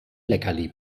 leckerli